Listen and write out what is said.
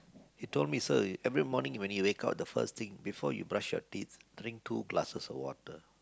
he told me sir every morning when you wake up the first thing before you brush your teeth drink two glasses of water